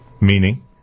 Meaning